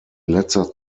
letzter